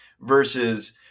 versus